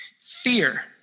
fear